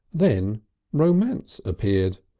then romance appeared.